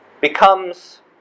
becomes